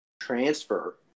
transfer